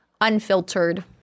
unfiltered